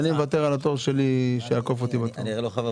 ירדתי לפני כן לקומה ראשונה,